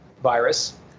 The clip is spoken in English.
virus